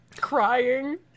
crying